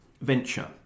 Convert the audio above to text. venture